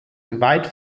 weit